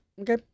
Okay